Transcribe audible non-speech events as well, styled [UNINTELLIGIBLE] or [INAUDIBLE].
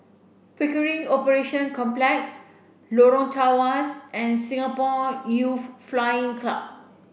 Pickering Operation Complex Lorong Tawas and Singapore Youth [UNINTELLIGIBLE] Flying Club